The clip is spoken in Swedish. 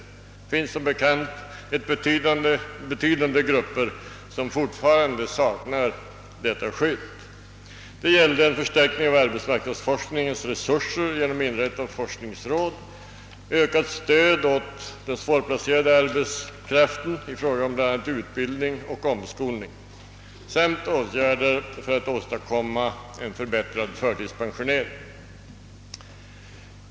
Det finns som bekant betydande grupper som fortfarande saknar detta skydd. Det gällde förstärkning av arbetsmarknadsforskningens resurser genom inrättande av forskningsråd, ökat stöd åt den svårplacerade arbetskraften i fråga om bl.a. utbildning och omskolning samt åtgärder för att åstadkomma en förbättrad förtidspensionering.